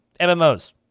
MMOs